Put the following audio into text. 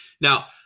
Now